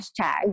hashtag